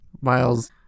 Miles